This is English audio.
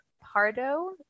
Pardo